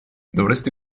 dovresti